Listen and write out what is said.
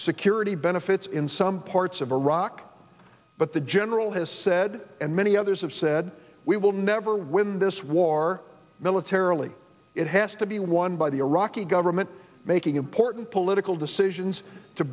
security benefits in some parts of iraq but the general has said and many others have said we will never win this war militarily it has to be won by the iraqi government making important political decisions to